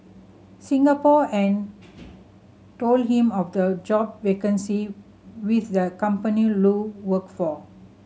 Singapore and told him of the job vacancy with the company Lu worked for